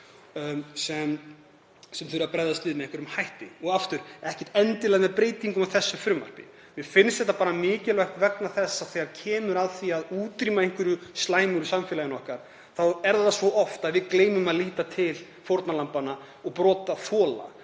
sem þurfi að bregðast við með einhverjum hætti og, aftur, ekkert endilega með breytingum á þessu frumvarpi. Mér finnst þetta mikilvægt vegna þess að þegar kemur að því að útrýma einhverju slæmu í samfélaginu þá er það svo oft að við gleymum að líta til fórnarlambanna og brotaþola